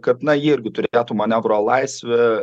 kad na jie irgi turėtų manevro laisvę